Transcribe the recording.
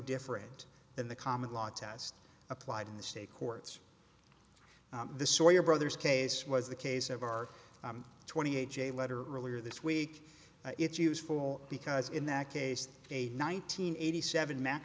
different than the common law test applied in the state courts the sawyer brothers case was the case of our twenty eight j letter earlier this week it's useful because in that case a nine hundred eighty seven ma